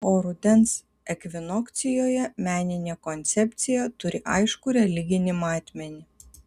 o rudens ekvinokcijoje meninė koncepcija turi aiškų religinį matmenį